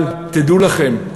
אבל תדעו לכם,